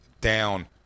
down